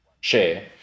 share